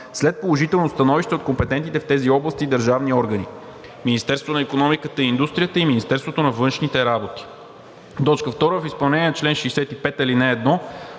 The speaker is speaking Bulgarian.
след положително становище от компетентните в тези области държавни органи – Министерството на икономиката и индустрията и Министерството на външните работи. В изпълнение на чл. 65, ал. 1